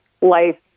life